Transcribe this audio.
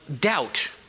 doubt